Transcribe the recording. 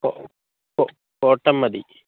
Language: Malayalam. കോ കോ കോട്ടൺ മതി